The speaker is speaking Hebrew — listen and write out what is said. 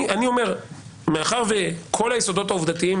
אני אומר שמאחר שכל היסודות העובדתיים